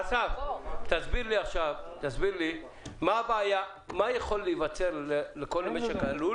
אסף תסביר לי מהבעיה ומה יכול להיווצר בכל משק הלול